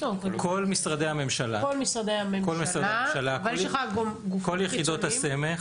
כל משרדי הממשלה, כל יחידות הסמך,